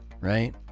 right